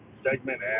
segment